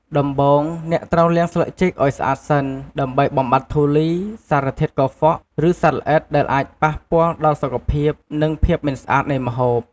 ដំបូង អ្នកត្រូវលាងស្លឹកចេកឱ្យស្អាតសិន ដើម្បីបំបាត់ធូលី សារធាតុកខ្វក់ ឬសត្វល្អិត ដែលអាចប៉ះពាល់ដល់សុខភាព និងភាពមិនស្អាតនៃម្ហូប។